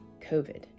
COVID